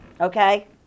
Okay